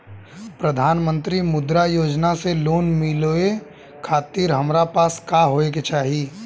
प्रधानमंत्री मुद्रा योजना से लोन मिलोए खातिर हमरा पास का होए के चाही?